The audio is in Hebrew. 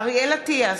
אריאל אטיאס,